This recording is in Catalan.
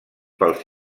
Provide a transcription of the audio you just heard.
pels